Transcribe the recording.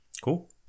cool